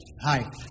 Hi